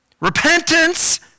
Repentance